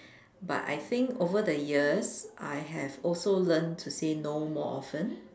but I think that over the years I have also learnt to say no more often